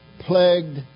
plagued